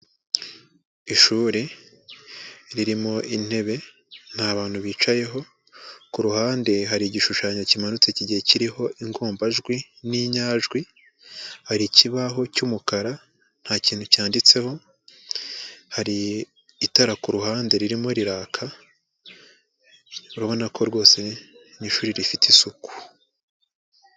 Ishuri ririmo intebe nta bantu bicayeho, ku ruhande hari igishushanyo kimanutse cy'igihe kiriho ingombajwi n'inyajwi, hari ikibaho cy'umukara nta kintu cyanditseho, hari itara ku ruhande ririmo riraka, urabona ko rwose n'ishuri rifite isuku.